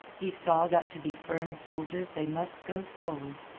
he saw that to be firm soldiers they must go forward.